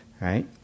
right